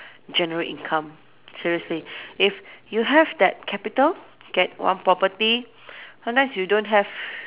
generate income seriously if you have that capital get one property sometimes you don't have